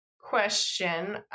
question